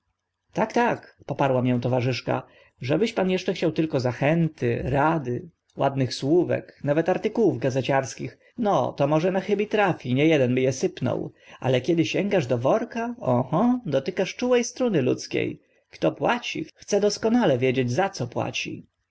tak tak poparła mię towarzyszka żebyś pan eszcze chciał tylko zachęty rady ładnych słówek nawet artykułów gazeciarskich no to może na chybi trafi nie eden by e sypnął ale kiedy sięgasz do worka oho dotykasz czułe struny ludzkie kto płaci chce doskonale wiedzieć za co płaci